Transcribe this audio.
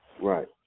Right